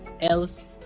else